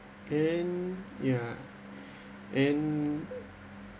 and ya and